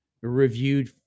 reviewed